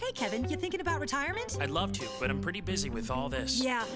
bat kevin you're thinking about retirement i'd love to but i'm pretty busy with all this yeah